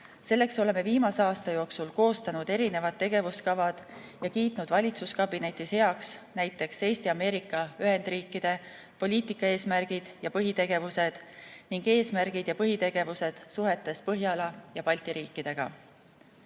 Selleks oleme viimase aasta jooksul koostanud erinevad tegevuskavad ja kiitnud valitsuskabinetis heaks näiteks Eesti Ameerika Ühendriikide poliitika eesmärgid ja põhitegevused ning eesmärgid ja põhitegevused suhetes Põhjala ja Balti